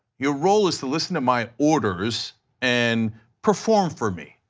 your role is to listen to my orders and perform for me.